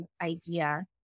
idea